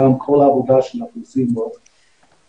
וגם כל העבודה שאנחנו עושים --- תודה.